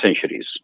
centuries